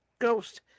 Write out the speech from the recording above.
Ghost